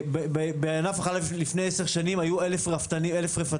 בענף החלב לפני 10 שנים היו 1,000 רפתות,